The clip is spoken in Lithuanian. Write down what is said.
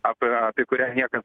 apie apie kurią niekas